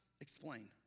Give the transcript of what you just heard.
explain